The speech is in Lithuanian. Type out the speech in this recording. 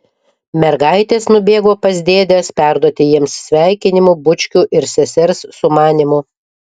mergaitės nubėgo pas dėdes perduoti jiems sveikinimų bučkių ir sesers sumanymų